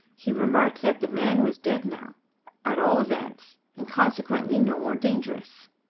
he remarked that the man was dead now at all events, and consequently no more dangerous.